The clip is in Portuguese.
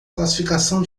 classificação